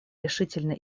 решительно